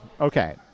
Okay